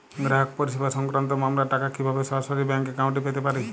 গ্রাহক পরিষেবা সংক্রান্ত মামলার টাকা কীভাবে সরাসরি ব্যাংক অ্যাকাউন্টে পেতে পারি?